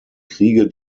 kriege